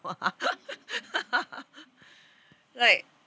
!wah! right